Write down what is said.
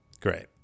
Great